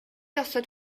osod